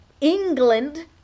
England